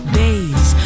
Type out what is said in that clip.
days